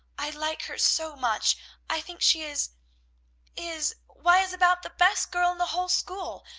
i like her so much i think she is is, why is about the best girl in the whole school.